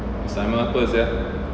assignment apa sia